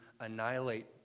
annihilate